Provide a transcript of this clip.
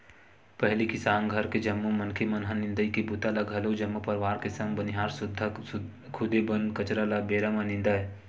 पहिली किसान घर के जम्मो मनखे मन ह निंदई के बूता ल घलोक जम्मो परवार के संग बनिहार सुद्धा खुदे बन कचरा ल बेरा म निंदय